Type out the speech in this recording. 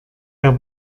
der